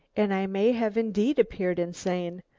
and i may have indeed appeared insane.